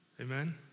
Amen